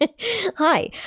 Hi